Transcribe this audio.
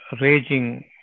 raging